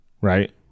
Right